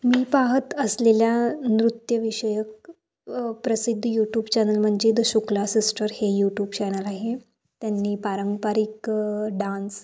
मी पाहत असलेल्या नृत्यविषयक प्रसिद्ध यूटूब चॅनल म्हणजे द शुक्ला सिस्टर हे यूटूब चॅनल आहे त्यांनी पारंपरिक डान्स